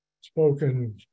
spoken